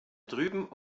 drüben